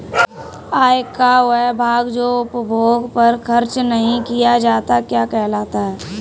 आय का वह भाग जो उपभोग पर खर्च नही किया जाता क्या कहलाता है?